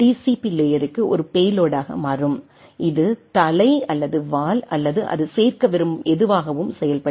B லேயருக்கு ஒரு பேலோடாக மாறும் இது தலை அல்லது வால் அல்லது அது சேர்க்க விரும்பும் எதுவாகவும் செயல்படுகிறது